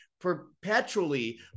perpetually